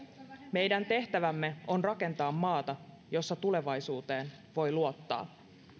meidän tehtävämme on rakentaa maata jossa tulevaisuuteen voi luottaa